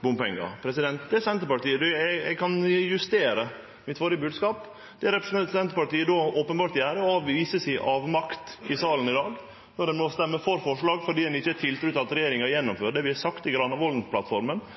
bompengar. Men eg kan justere mitt førre bodskap: Det Senterpartiet då openbert gjer, er å vise si avmakt i salen i dag, når ein må stemme for forslag fordi ein ikkje har tiltru til at regjeringa gjennomfører det vi har sagt i